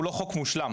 הוא לא חוק מושלם,